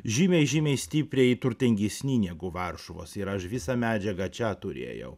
žymiai žymiai stipriai turtingesni negu varšuvos ir aš visą medžiagą čia turėjau